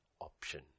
option